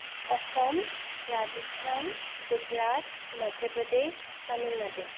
Assam Rajasthan Gujarat Madhya Pradesh Tamil Nadu